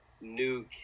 new